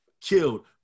killed